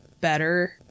better